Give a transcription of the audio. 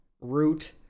root